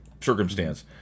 circumstance